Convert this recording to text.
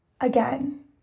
again